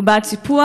הוא בעד סיפוח.